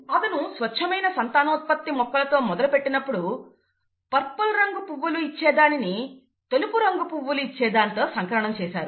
అతను స్వచ్ఛమైన సంతానోత్పత్తి మొక్కలతో మొదలు పెట్టినప్పుడు పర్పుల్ రంగు పువ్వులు ఇచ్చే దానిని తెలుపు రంగు పువ్వులు ఇచ్చే దానితో సంకరణం చేశారు